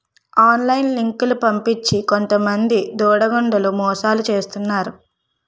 online లింకులు పంపించి కొంతమంది దుండగులు మోసాలు చేస్తున్నారు